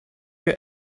your